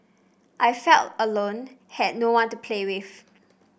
I felt alone had no one to play with